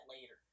later